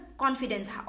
Confidence